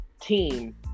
team